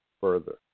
further